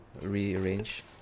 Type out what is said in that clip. rearrange